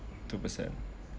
two percent